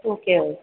okay